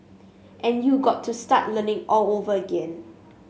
and you got to start learning all over again